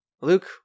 luke